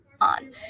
on